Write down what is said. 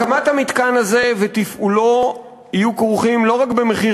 הקמת המתקן הזה ותפעולו יהיו כרוכים לא רק במחיר